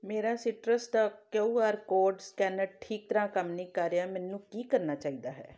ਮੇਰਾ ਸੀਟਰਸ ਦਾ Q R code scanner ਠੀਕ ਤਰ੍ਹਾਂ ਕੰਮ ਨਹੀਂ ਕਰ ਰਿਹਾ ਮੈਨੂੰ ਕੀ ਕਰਨਾ ਚਾਹੀਦਾ ਹੈ